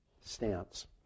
stance